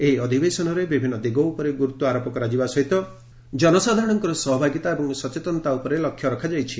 ଏହି ଅଧିବେଶନରେ ବିଭିନ୍ସ ଦିଗ ଉପରେ ଗୁରୁତ୍ୱ ଆରୋପ କରାଯିବା ସହିତ ଜନସାଧାରଣଙ୍କର ସହଭାଗିତା ଏବଂ ସଚେତନତା ଉପରେ ଲକ୍ଷ୍ୟ ରଖାଯାଇଛି